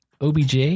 OBJ